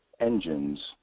engines